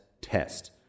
test